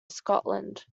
scotland